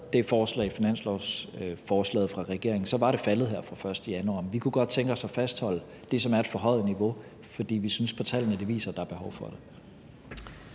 det finanslovsforslag fra regeringen, var det faldet bort her fra den 1. januar. Vi kunne godt tænke os at fastholde det, der er et forhøjet niveau, for vi synes, at tallene viser, at der er behov for det.